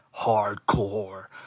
hardcore